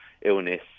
illness